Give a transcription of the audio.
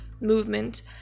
movement